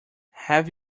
have